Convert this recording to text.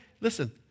Listen